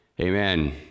Amen